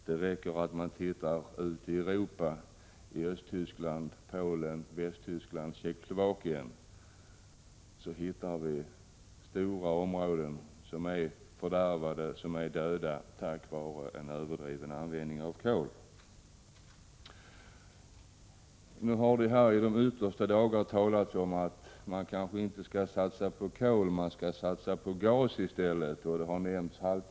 Det räcker bara att titta ut i Europa — i Östtyskland, Polen, Västtyskland och Tjeckoslovakien finns stora områden av fördärvad och död natur på grund av överdriven användning av kol. Det har i de yttersta av dessa dagar talats om att man kanske inte skall satsa på kol utan i stället på gas. Haltenbanken i Norge har nämnts.